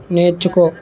నేర్చుకో